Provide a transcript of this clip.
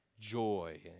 joy